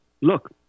Look